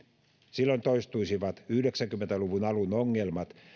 silloin toistuisivat yhdeksänkymmentä luvun alun ongelmat